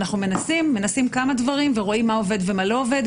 אנחנו מנסים כמה דברים ורואים מה עובד ומה לא עובד,